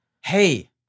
Hey